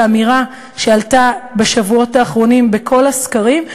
באמירה שעלתה בשבועות האחרונים בכל הסקרים,